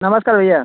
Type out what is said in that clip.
नमस्कार भैया